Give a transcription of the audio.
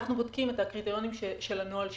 אנחנו בודקים את הקריטריונים של הנוהל שלנו,